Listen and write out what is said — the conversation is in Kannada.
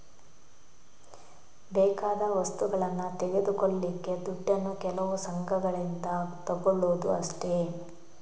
ಬೇಕಾದ ವಸ್ತುಗಳನ್ನ ತೆಗೆದುಕೊಳ್ಳಿಕ್ಕೆ ದುಡ್ಡನ್ನು ಕೆಲವು ಸಂಘಗಳಿಂದ ತಗೊಳ್ಳುದು ಅಷ್ಟೇ